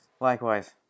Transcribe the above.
Likewise